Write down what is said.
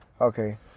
Okay